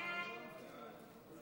חוק